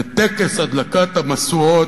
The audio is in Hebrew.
בטקס הדלקת המשואות,